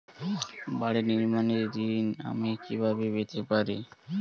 বাড়ি নির্মাণের ঋণ আমি কিভাবে পেতে পারি?